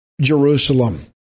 Jerusalem